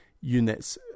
units